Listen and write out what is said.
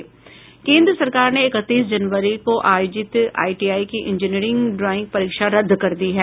केन्द्र सरकार ने इकतीस जनवरी को आयोजित आईटीआई की इंजीनियरिंग ड्राईंग परीक्षा रद्द कर दी है